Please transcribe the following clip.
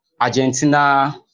Argentina